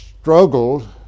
struggled